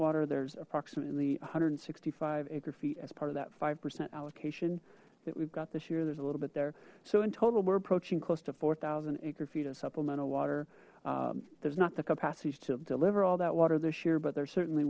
water there's approximately one hundred and sixty five acre feet as part of that five percent allocation that we've got this year there's a little bit there so in total we're approaching close to fourth an acre feet of supplemental water there's not the capacity to deliver all that water this year but there certainly